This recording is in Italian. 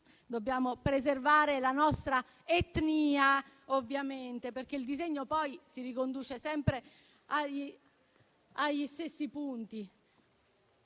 Dobbiamo preservare la nostra etnia, ovviamente, perché il disegno poi si riconduce sempre agli stessi punti.